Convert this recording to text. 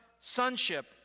Sonship